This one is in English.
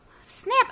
Snap